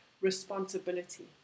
responsibility